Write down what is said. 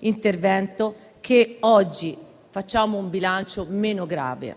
intervento se oggi facciamo un bilancio meno grave.